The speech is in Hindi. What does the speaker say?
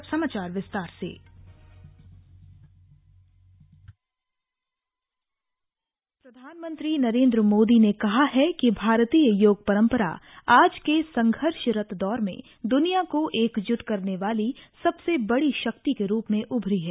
अर्न्तराष्ट्रीय योग दिवस प्रधानमंत्री नरेन्द्र मोदी ने कहा है कि भारतीय योग परंपरा आज के संघर्षरत दौर में दुनिया को एकजुट करने वाली सबसे बड़ी शक्ति के रूप में उभरी है